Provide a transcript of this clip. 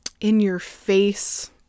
in-your-face